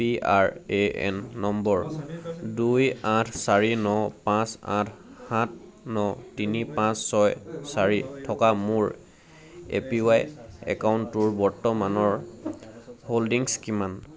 P R A N number দুই আঠ চাৰি ন পাঁচ আঠ সাত ন তিনি পাঁচ ছয় চাৰি থকা মোৰ এ পি ৱাই একাউণ্টটোৰ বৰ্তমানৰ হোল্ডিংছ কিমান